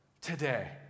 today